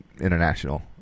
international